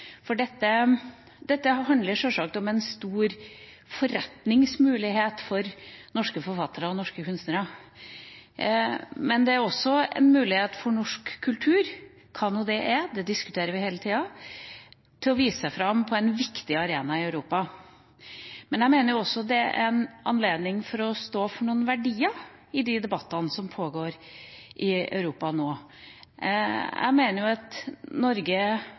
Dette handler sjølsagt om en stor forretningsmulighet for norske forfattere og norske kunstnere, men det er også en mulighet for norsk kultur – hva nå det enn er, det er noe vi diskuterer hele tida – til å vise seg fram på en viktig arena i Europa, og dette er også en anledning til å stå for noen verdier i de debattene som pågår i Europa nå. Jeg mener at Norge